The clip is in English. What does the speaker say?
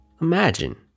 Imagine